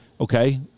Okay